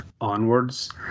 onwards